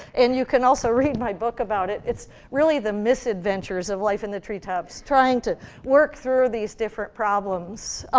and you can also read my book about it. it's really the misadventures of life in the tree tops, trying to work through these different problems.